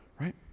right